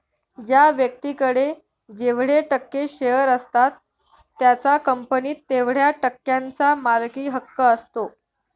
ज्या व्यक्तीकडे जेवढे टक्के शेअर असतात त्याचा कंपनीत तेवढया टक्क्यांचा मालकी हक्क असतो